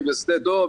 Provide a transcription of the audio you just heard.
אם זה שדה דב,